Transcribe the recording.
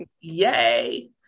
yay